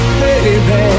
baby